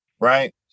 right